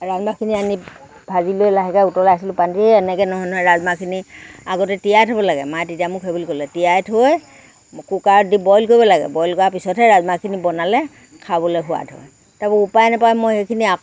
ৰাজমাহখিনি আনি ভাজি লৈ লাহেকৈ উতলাইছিলোঁ পানীটো এই এনেকৈ নহয় নহয় ৰাজমাহখিনি আগতে তিয়াই থব লাগে মায়ে তেতিয়া মোক সেইবুলি ক'লে তিয়াই থৈ কুকাৰত বইল কৰিব লাগে বইল কৰা পিছতহে ৰাজমাহখিনি বনালে খাবলৈ সোৱাহ হয় তাৰ পৰা উপায় নেপাই মই সেইখিনি